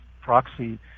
proxy